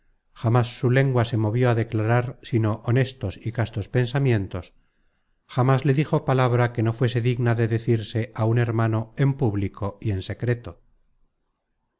jamas su lengua se movió a declarar sino honestos y castos pensamientos jamas le dijo palabra que no fuese digna de decirse á un hermano en público y en secreto